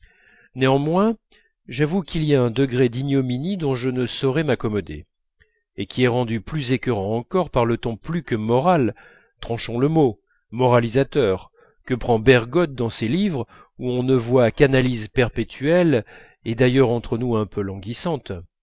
néanmoins j'avoue qu'il y a un degré d'ignominie dont je ne saurais m'accommoder et qui est rendu plus écœurant encore par le ton plus que moral tranchons le mot moralisateur que prend bergotte dans ses livres où on ne voit qu'analyses perpétuelles et d'ailleurs entre nous un peu languissantes